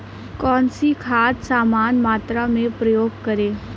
कौन सी खाद समान मात्रा में प्रयोग करें?